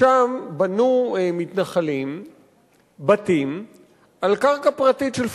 שם בנו מתנחלים בתים על קרקע פרטית של פלסטיני,